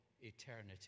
eternity